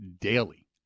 daily